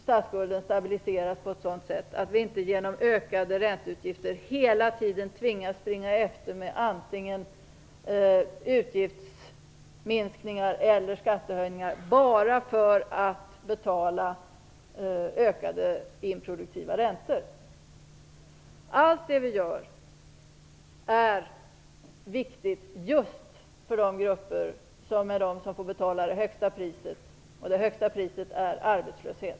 Statsskulden stabiliseras på ett sådant sätt att vi inte genom ökade ränteutgifter hela tiden tvingas springa efter med antingen utgiftsminskningar eller skattehöjningar bara för att betala ökade improduktiva räntor. Allt det vi gör är viktigt just för de grupper som får betala det högsta priset, och det högsta priset är arbetslöshet.